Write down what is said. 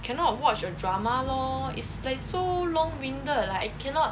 cannot watch a drama lor it's like so long winded like I cannot